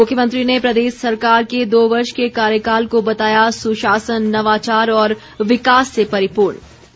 मुख्यमंत्री ने प्रदेश सरकार के दो वर्ष के कार्यकाल को सुशासन नवाचार और विकास से परिपूर्ण बताया